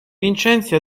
vincenzi